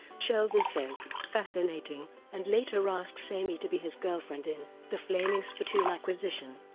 sheldon says fascinating and later asks amy to be his girlfriend in the flaming spittoon acquisition.